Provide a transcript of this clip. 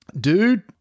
Dude